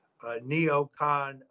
neocon